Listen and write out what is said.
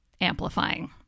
amplifying